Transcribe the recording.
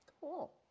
Cool